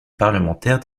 parlementaire